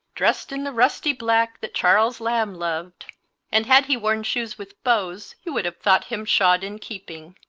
dressed in the rusty black that charles lamb loved and had he worn shoes with bows you would have thought him shod in keeping.